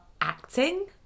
acting